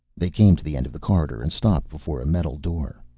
they came to the end of the corridor and stopped before a metal door.